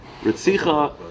Ritzicha